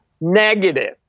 negative